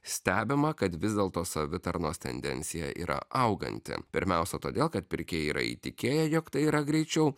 stebima kad vis dėlto savitarnos tendencija yra auganti pirmiausia todėl kad pirkėjai yra įtikėję jog tai yra greičiau